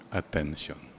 attention